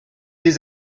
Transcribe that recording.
des